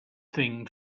thing